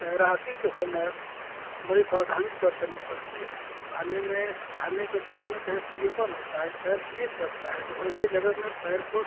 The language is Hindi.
तैराकी के समय बड़ी सावधानी बरतनी पड़ती है पानी में जाने के टाइम में कहीं सिलिपन होता है जैसे पैर सिलिप करता है तो वैसे जगह में पैर को